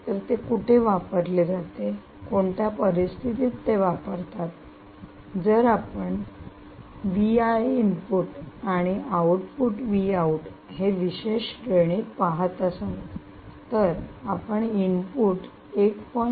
तर ते कोठे वापरले जातात आणि कोणत्या परिस्थितीत ते वापरतात जर आपण इनपुट आणि आउटपुट हे विशेष श्रेणीत पाहत असाल तर आपण इनपुट 1